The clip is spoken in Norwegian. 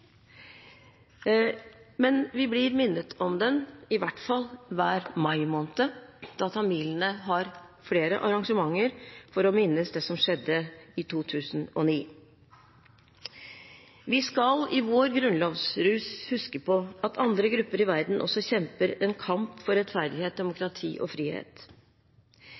Men vi blir minnet om den i hvert fall hver mai måned, da tamilene har flere arrangementer for å minnes det som skjedde i 2009. Vi skal i vår grunnlovsrus huske på at andre grupper i verden også kjemper en kamp for rettferdighet, demokrati og frihet.